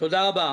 תודה רבה.